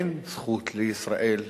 אין זכות לישראל לפעול,